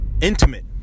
intimate